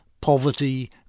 Poverty